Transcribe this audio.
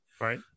right